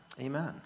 Amen